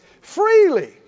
Freely